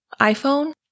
iPhone